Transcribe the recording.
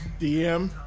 DM